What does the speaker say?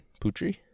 Putri